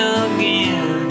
again